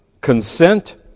consent